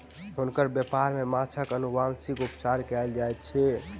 हुनकर व्यापार में माँछक अनुवांशिक उपचार कयल जाइत अछि